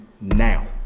now